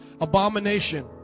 abomination